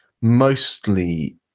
Mostly